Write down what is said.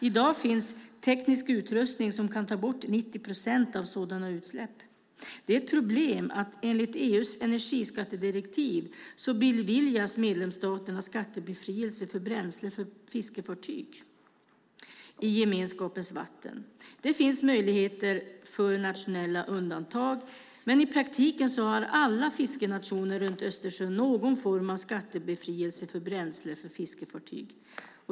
I dag finns teknisk utrustning som kan ta bort 90 procent av sådana utsläpp. Det är ett problem att enligt EU:s energiskattedirektiv beviljas medlemsstaterna skattebefrielse för bränsle för fiskefartyg i gemenskapens vatten. Det finns möjlighet till nationella undantag, men i praktiken har alla fiskenationer runt Östersjön någon form av skattebefrielse för bränsle för fiskefartyg.